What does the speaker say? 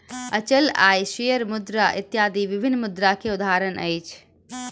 अचल आय, शेयर मुद्रा इत्यादि विभिन्न मुद्रा के उदाहरण अछि